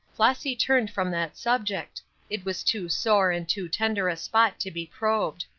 flossy turned from that subject it was too sore and too tender a spot to be probed.